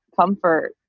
comfort